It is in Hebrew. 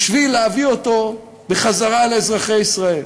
בשביל להביא אותו בחזרה לאזרחי ישראל.